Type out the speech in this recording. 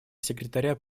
секретаря